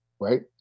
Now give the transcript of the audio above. Right